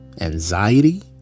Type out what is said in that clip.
anxiety